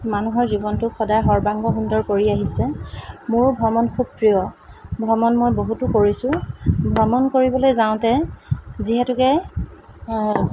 মানুহৰ জীৱনটো সদায় সৰ্বাংগসুন্দৰ কৰি আহিছে মোৰ ভ্ৰমণ খুব প্ৰিয় ভ্ৰমণ মই বহুতো কৰিছোঁ ভ্ৰমণ কৰিবলৈ যাওঁতে যিহেতুকে